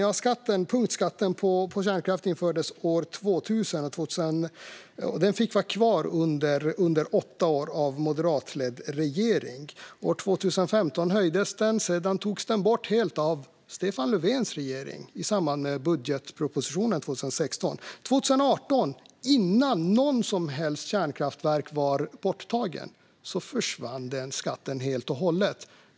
Ja, punktskatten på kärnkraft infördes år 2000. Den fick vara kvar under åtta år av moderatledd regering. År 2015 höjdes den. Sedan togs den bort helt av Stefan Löfvens regering i samband med budgetpropositionen 2016. År 2018, innan något som helst kärnkraftverk var borttaget, försvann den skatten helt och hållet.